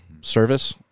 service